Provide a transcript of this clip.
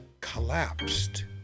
collapsed